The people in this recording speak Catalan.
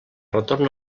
retorn